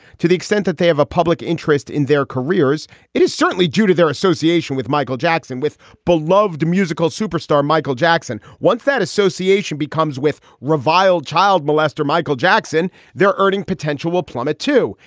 to the extent that they have a public interest in their careers it is certainly due to their association with michael jackson with beloved musical superstar michael jackson once that association becomes with reviled child molester michael jackson their earning potential will plummet too.